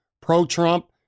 pro-Trump